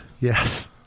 Yes